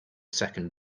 second